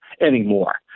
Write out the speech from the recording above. anymore